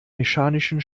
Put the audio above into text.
mechanischen